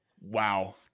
wow